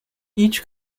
each